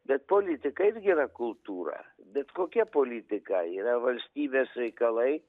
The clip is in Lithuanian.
bet politika irgi yra kultūra bet kokia politika yra valstybės reikalai